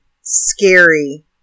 scary